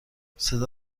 صدا